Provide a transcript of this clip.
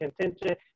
contention